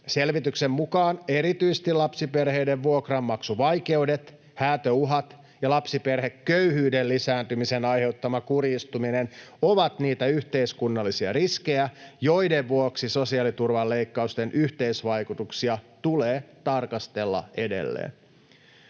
Selvityksen mukaan erityisesti lapsiperheiden vuokranmaksuvaikeudet, häätöuhat ja lapsiperheköyhyyden lisääntymisen aiheuttama kurjistuminen ovat niitä yhteiskunnallisia riskejä, joiden vuoksi sosiaaliturvaleikkausten yhteisvaikutuksia tulee tarkastella edelleen.